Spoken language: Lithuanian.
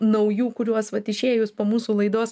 naujų kuriuos vat išėjus po mūsų laidos